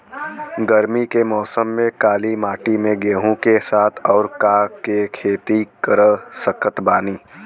गरमी के मौसम में काली माटी में गेहूँ के साथ और का के खेती कर सकत बानी?